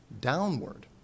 downward